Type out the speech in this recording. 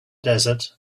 desert